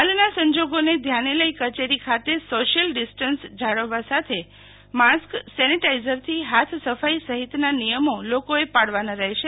હાલના સંજોગોને ધ્યાને લઈ કચેરી ખાતે સોશિયલ ડિસ્ટન્સ જાળવવા સાથે માસ્ક સેનિટાઈઝરથી હાથ સફાઈ સહીતના નિયમો લોકોએ પાળવાના રહેશે